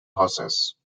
horses